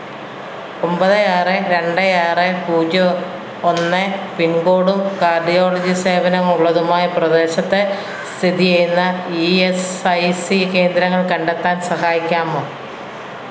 ഒമ്പത് ആറ് രണ്ട് ആറ് പൂജ്യം ഒ ഒന്ന് പിൻകോഡും കാഡിയോളജി സേവനമുള്ളതുമായ പ്രദേശത്തെ സ്ഥിതി ചെയ്യുന്ന ഇ എസ് ഐ സി കേന്ദ്രങ്ങൾ കണ്ടെത്താൻ സഹായിക്കാമോ